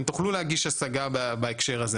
אז אתם תוכלו להגיש השגה בהקשר הזה.